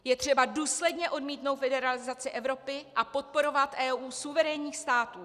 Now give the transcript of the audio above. Je třeba důsledně odmítnout federalizaci Evropy a podporovat EU suverénních států.